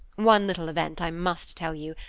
one little event i must tell you,